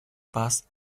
paz